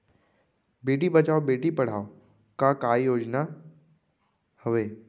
बेटी बचाओ बेटी पढ़ाओ का योजना हवे?